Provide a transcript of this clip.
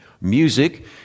Music